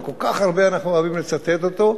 שכל כך הרבה אנחנו אוהבים לצטט אותו,